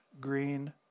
green